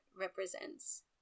represents